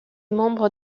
membre